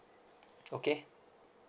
okay